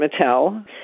Mattel